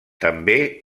també